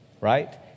Right